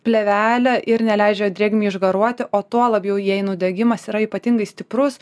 plėvelę ir neleidžia drėgmei išgaruoti o tuo labiau jei nudegimas yra ypatingai stiprus